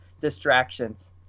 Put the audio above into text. distractions